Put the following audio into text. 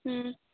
ᱦᱩᱸ